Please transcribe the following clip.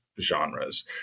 genres